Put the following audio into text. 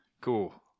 Cool